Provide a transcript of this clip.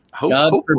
God